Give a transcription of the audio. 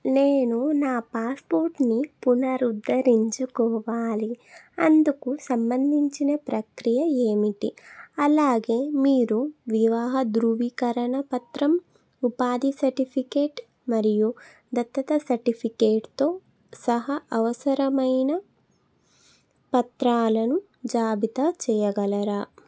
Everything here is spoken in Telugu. నేను నా పాస్పోర్ట్ని పునరుద్ధరించుకోవాలి అందుకు సంబంధించిన ప్రక్రియ ఏమిటి అలాగే మీరు వివాహ ధ్రువీకరణ పత్రం ఉపాధి సర్టిఫికేట్ మరియు దత్తత సర్టిఫికేట్తో సహా అవసరమైన పత్రాలను జాబితా చేయగలరా